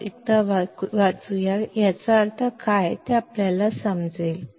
ಆದ್ದರಿಂದ ಈಗ ನಾವು ಈ ವಾಕ್ಯವನ್ನು ಮತ್ತೊಮ್ಮೆ ಓದೋಣ ಮತ್ತು ಇದರ ಅರ್ಥವೇನೆಂದು ನಾವು ಅರ್ಥಮಾಡಿಕೊಳ್ಳುತ್ತೇವೆ